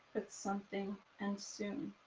but something and soon.